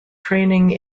training